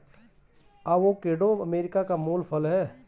avocado America का मूल फल है